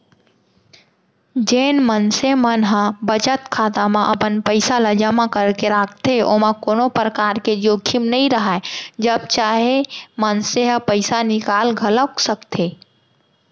जेन मनसे मन ह बचत खाता म अपन पइसा ल जमा करके राखथे ओमा कोनो परकार के जोखिम नइ राहय जब चाहे मनसे ह पइसा निकाल घलौक सकथे